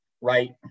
right